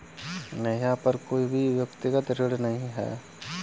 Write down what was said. नेहा पर कोई भी व्यक्तिक ऋण नहीं है